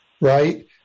right